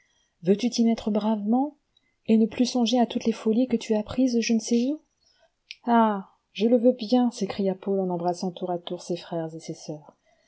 yeux tu t'y mettre bravement et ne plus songer à toutes les folies que tu as prises je ne sais où ah je le veux bien s'écria paul en embrassant tour à tour ses frères et ses sœurs